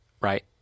right